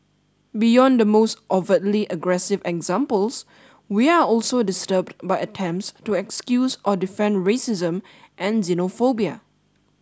beyond the most overtly aggressive examples we are also disturbed by attempts to excuse or defend racism and xenophobia